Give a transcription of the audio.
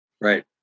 Right